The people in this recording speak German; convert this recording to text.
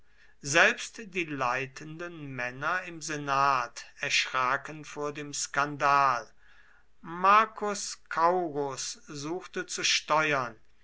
selbst die leitenden männer im senat erschraken vor dem skandal marcus scaurus suchte zu steuern